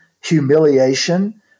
humiliation